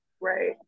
Right